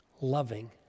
loving